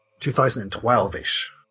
2012-ish